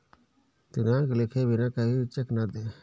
दिनांक लिखे बिना कभी भी चेक न दें